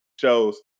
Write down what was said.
shows